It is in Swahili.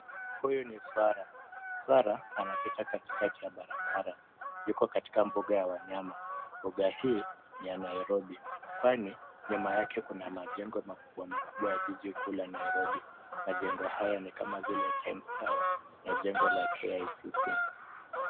Huyu ni swara. Swara anapita katikati ya barabara. Yuko katika buga Ya wanyama. Buga hii ni ya Nairobi, kwani nyuma yake kuna majengo makubwa makubwa ya jiji kuu la Nairobi. Majengo haya ni kama Times Tower na jengo la KICC.